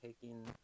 taking